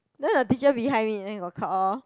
then the teacher behind me then got caught orh